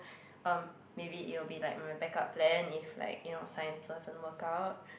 um maybe it'll be like my back up plan if like you know science doesn't work out